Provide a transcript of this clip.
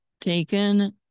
taken